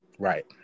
Right